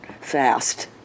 fast